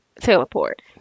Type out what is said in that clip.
teleport